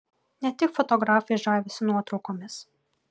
ne tik fotografai žavisi nuotraukomis